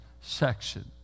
section